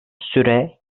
süre